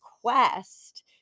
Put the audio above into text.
quest